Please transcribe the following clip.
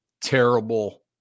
terrible